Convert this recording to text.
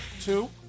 two